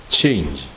change